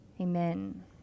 Amen